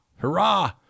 hurrah